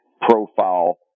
profile